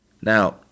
Now